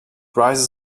rises